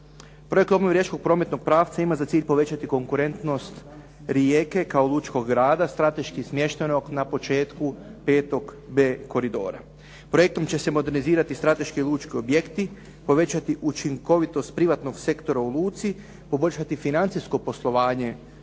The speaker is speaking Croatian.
Projekt obnove riječkog prometnog pravca ima za cilj povećati konkurentnost Rijeke kao lučkog grada strateški smještenog na početku 5B koridora. Projektom će se modernizirati strateški lučki objekti, povećati učinkovitost privatnog sektora u luci, poboljšati financijsko poslovanje